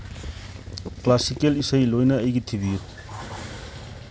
classical ꯏꯁꯩ ꯂꯣꯏꯅ ꯑꯩꯒꯤ ꯊꯤꯕꯤꯌꯨ